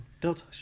Delta